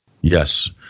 Yes